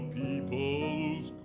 people's